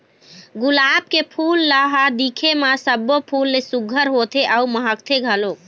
गुलाब के फूल ल ह दिखे म सब्बो फूल ले सुग्घर होथे अउ महकथे घलोक